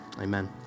amen